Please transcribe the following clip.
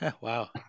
Wow